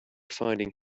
finding